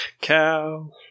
Cow